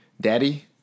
daddy